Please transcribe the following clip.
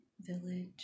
Village